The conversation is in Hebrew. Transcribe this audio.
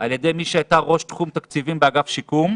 על ידי מי שהייתה ראש תחום תקציבים באגף השיקום,